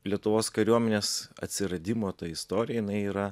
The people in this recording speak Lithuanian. lietuvos kariuomenės atsiradimo istorija jinai yra